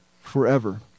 forever